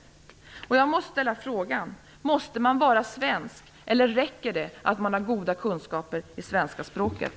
Jag vill ställa frågan: Måste man vara svensk, eller räcker det att man har goda kunskaper i svenska språket?